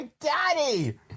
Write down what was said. daddy